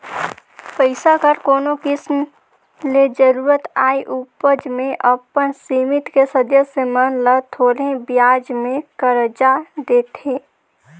पइसा कर कोनो किसिम ले जरूरत आए उपर में अपन समिति के सदस्य मन ल थोरहें बियाज में करजा देथे